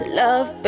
love